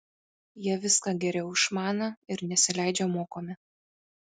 jie viską geriau išmaną ir nesileidžią mokomi